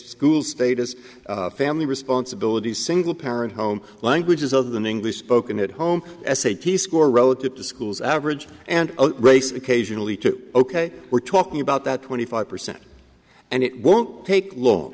school status family responsibilities single parent home languages other than english spoken at home s a t score relative to schools average and race occasionally to ok we're talking about that twenty five percent and it won't take long